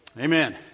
Amen